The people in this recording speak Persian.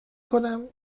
کنم